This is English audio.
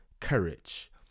courage